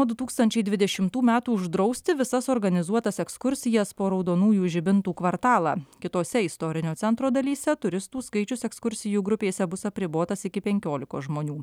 nuo du tūkstančiai dvidešimtų metų uždrausti visas organizuotas ekskursijas po raudonųjų žibintų kvartalą kitose istorinio centro dalyse turistų skaičius ekskursijų grupėse bus apribotas iki penkiolikos žmonių